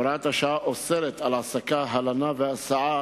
הוראת השעה אוסרת העסקה, הלנה והסעה